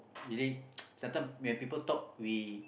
really sometime when people talk we